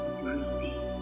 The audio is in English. breathing